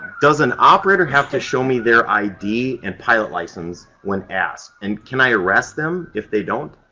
does an operator have to show me their id and pilot license when asked? and can i arrest them if they don't?